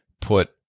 put